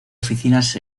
oficinas